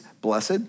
blessed